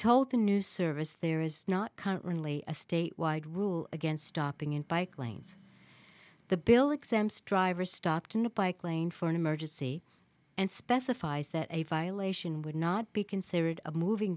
told the new service there is not really a statewide rule against stopping in bike lanes the bill exempts driver stopped in the bike lane for an emergency and specifies that a violation would not be considered a moving